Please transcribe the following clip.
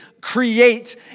create